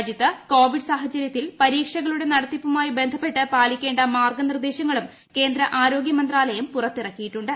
രാജ്യത്ത് കോവിഡ് സാഹചര്യത്തിൽ പരീക്ഷകളുടെ നടത്തിപ്പുമായി ബന്ധപ്പെട്ട് പാലിക്കേണ്ട മാർഗ്ഗനിർദ്ദേശങ്ങളും കേന്ദ്ര ആരോഗൃമന്ത്രാലയം പുറത്തിറക്കിയിട്ടുണ്ട്